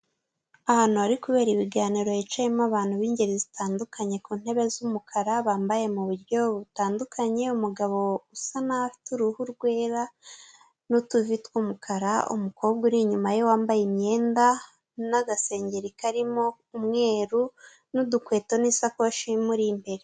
Ahantu hari kubera ibiganiro hicayemo abantu b'ingeri zitandukanye ku ntebe z'umukara, bambaye mu buryo butandukanye, umugabo usa nk'aho afite uruhu rwera, n'utuvi tw'umukara, umukobwa uri inyuma ye wambaye imyenda n'agasengeri karimo umweru, n'udukweto, n'isakoshi imuri imbere.